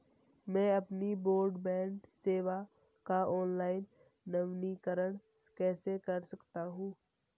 मैं अपनी ब्रॉडबैंड सेवा का ऑनलाइन नवीनीकरण कैसे कर सकता हूं?